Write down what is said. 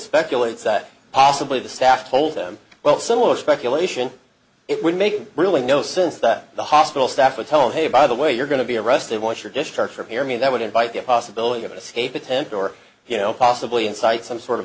speculates that possibly the staff told them well similar speculation it would make really no sense that the hospital staff would tell him hey by the way you're going to be arrested once your discharge from here i mean that would invite the possibility of escape attempt or you know possibly incite some sort of